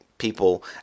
people